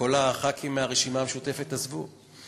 כל חברי הכנסת מהרשימה המשותפת עזבו.